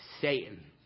Satan